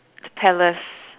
tellers